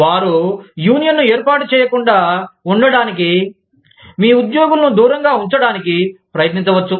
వారు యూనియన్ను ఏర్పాటు చేయకుండా ఉండడానికి మీ ఉద్యోగులను దూరంగా ఉంచడానికి ప్రయత్నించవచ్చు